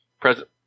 present